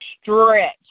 Stretch